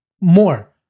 more